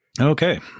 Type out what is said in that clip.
Okay